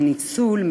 מניצול,